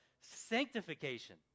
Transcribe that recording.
sanctification